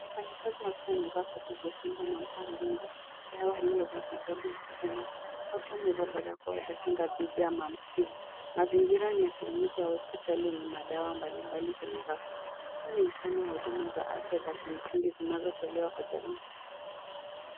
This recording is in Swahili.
Mfanyikazi wa afya amevaa shati jekundu anampa mgonjwa dawa aliyevaa hijabu ya kijani. Wote wamevaa barakoa za kinga dhidi ya maambukizi. Mazingira ni ya kliniki au hospitali yenye madawa mbalimbali kwenye rafu. Huu ni mfano wa huduma za afya za kimsingi zinazotolewa kwa jamii.